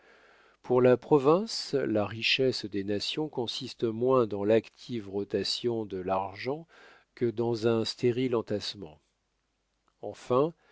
pour la province la richesse des nations consiste moins dans l'active rotation de l'argent que dans un stérile entassement enfin